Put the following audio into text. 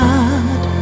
God